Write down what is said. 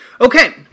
Okay